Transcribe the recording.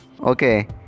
okay